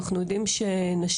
אנחנו יודעים שנשים,